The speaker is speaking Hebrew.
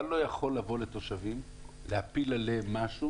אתה לא יכול לבוא לתושבים ולהפיל עליהם משהו